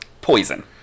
Poison